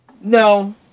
No